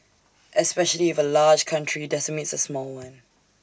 especially if A large country decimates A small one